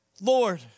Lord